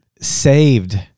saved